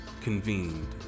convened